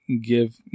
Give